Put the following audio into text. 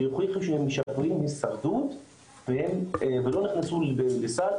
שהוכיחו שהן משפרות הישרדות ולא נכנסו בסל,